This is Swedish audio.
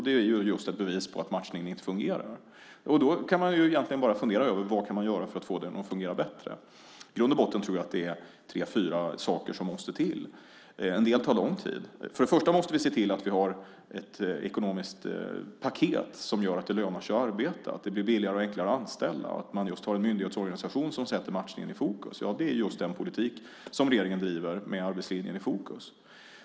Det är ett bevis på att matchningen inte fungerar. Då kan man fundera över vad man kan göra för att få den att fungera bättre. I grund och botten tror jag att det är tre fyra saker som måste till. En del tar lång tid. Vi måste se till att vi har ett ekonomiskt paket som gör att det lönar sig att arbeta, att det blir billigare och enklare att anställa och att man har en myndighetsorganisation som sätter matchningen i fokus. Det är just den politik som regeringen driver med arbetslinjen i fokus.